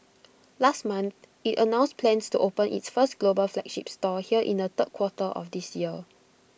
last month IT announced plans to open its first global flagship store here in the third quarter of this year